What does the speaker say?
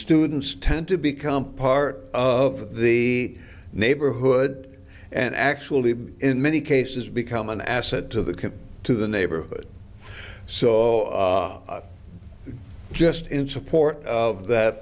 students tend to become part of the neighborhood and actually in many cases become an asset to the can to the neighborhood so just in support of that